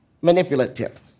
manipulative